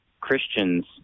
Christians